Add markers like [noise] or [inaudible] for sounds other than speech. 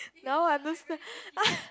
now understand [laughs]